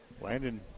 Landon